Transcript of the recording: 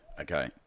Okay